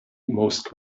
most